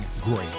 great